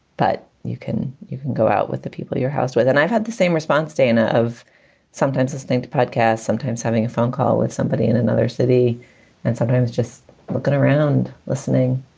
but you can you can go out with the people your house with and i've had the same response, dana, of sometimes listening to podcasts, sometimes having a phone call with somebody in another city and sometimes just walking around listening.